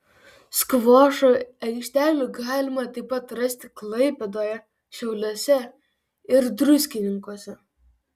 skvošo aikštelių galima taip pat rasti klaipėdoje šiauliuose ir druskininkuose